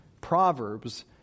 Proverbs